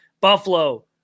Buffalo